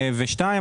ושתיים,